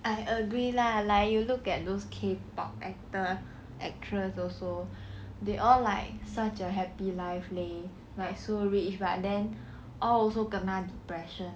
I agree lah like you look at those K pop actor actress also they all like such a happy life leh like so rich but then all also kena depression